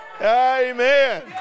Amen